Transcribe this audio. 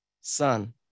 son